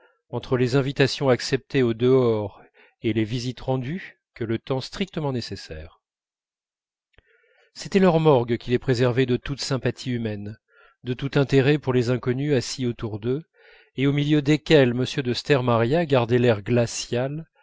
entre les invitations acceptées au dehors et les visites rendues que le temps strictement nécessaire c'était leur morgue qui les préservait de toute sympathie humaine de tout intérêt pour les inconnus assis autour d'eux et au milieu desquels m de stermaria gardait l'air glacial